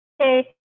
Okay